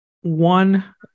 one